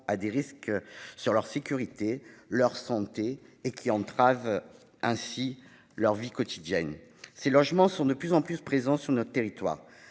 à des risques pour leur sécurité ou leur santé et entravent leur quotidien. De tels logements sont de plus en plus présents sur nos territoires.